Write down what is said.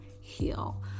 Heal